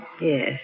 Yes